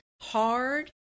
hard